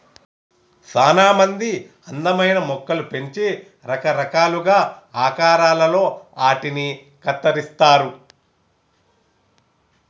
సానా మంది అందమైన మొక్కలు పెంచి రకరకాలుగా ఆకారాలలో ఆటిని కత్తిరిస్తారు